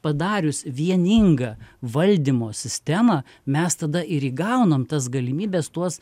padarius vieningą valdymo sistemą mes tada ir įgaunam tas galimybes tuos